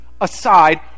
aside